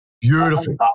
Beautiful